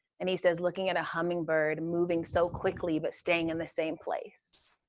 and he says looking at a hummingbird moving so quickly but staying in the same place.